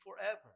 forever